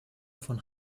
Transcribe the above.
von